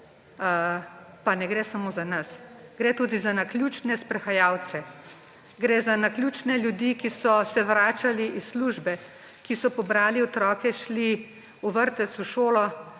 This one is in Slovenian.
pa ne gre samo za nas, gre tudi za naključne sprehajalce, gre za naključne ljudi, ki so se vračali iz službe, ki so pobrali otroke, šli v vrtec, v šolo